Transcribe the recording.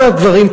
בכל הדברים,